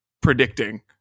predicting